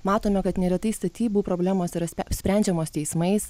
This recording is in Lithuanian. matome kad neretai statybų problemos yra sprendžiamos teismais